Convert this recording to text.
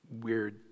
weird